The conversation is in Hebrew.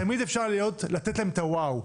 תמיד אפשר לתת להם את ה'וואו'.